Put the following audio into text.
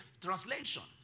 translations